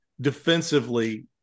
defensively